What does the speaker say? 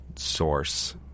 source